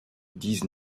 dix